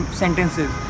sentences